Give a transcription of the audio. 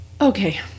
okay